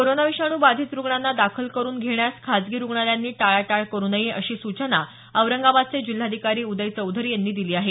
corona विषाणू बाधित रुग्णांना दाखल करुन घेण्यास खासगी रुग्णालयांनी टाळाटाळ करु नये अशी सूचना औरंगाबादचे जिल्हाधिकारी उदय चौधरी यांनी दिली आहे